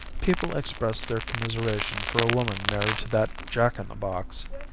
people expressed their commiseration for a woman married to that jack-in-the-box.